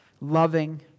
loving